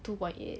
two point eight